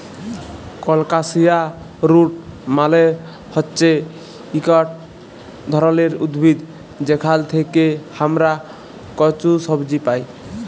colocasia root মালে হচ্যে ইক ধরলের উদ্ভিদ যেখাল থেক্যে হামরা কচু সবজি পাই